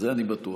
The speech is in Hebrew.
זה אני בטוח.